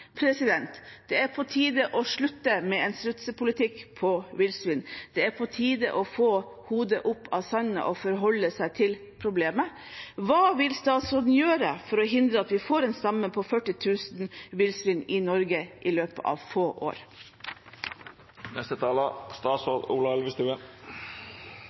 Det er på tide å slutte med en strutsepolitikk når det gjelder villsvin. Det er på tide å få hodet opp av sanden og forholde seg til problemet. Hva vil statsråden gjøre for å hindre at vi får en stamme på 40 000 villsvin i Norge i løpet av få